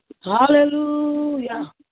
Hallelujah